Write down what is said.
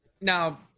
now